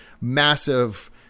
massive